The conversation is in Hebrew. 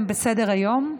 בסדר-היום: